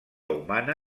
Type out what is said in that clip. humana